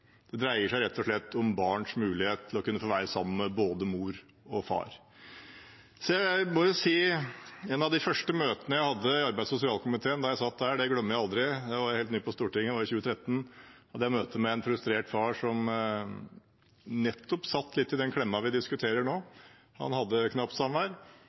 Det dreier seg rett og slett om barns mulighet til å kunne få være sammen med både mor og far. Jeg må si at jeg aldri glemmer et av de første møtene jeg hadde da jeg satt i arbeids- og sosialkomiteen – det var i 2013 og jeg var helt ny på Stortinget. Jeg hadde et møte med en frustrert far som satt i nettopp litt av den klemmen vi diskuterer nå. Han hadde knapt